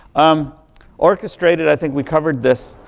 um orchestrated, i think we covered this.